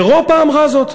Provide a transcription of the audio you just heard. אירופה אמרה זאת.